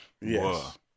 Yes